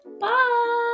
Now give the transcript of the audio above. Bye